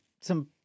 some-